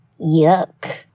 Yuck